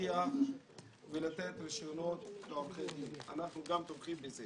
בחיוב אמרתי את זה.